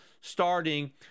starting